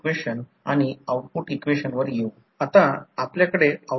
तर या प्रकरणात काय होईल हा प्रायमरी वाइंडिंगमधून जाणारा करंट आहे